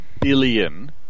billion